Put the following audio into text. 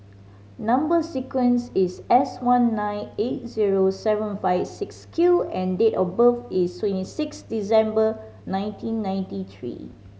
number sequence is S one nine eight zero seven five six Q and date of birth is twenty six December nineteen ninety three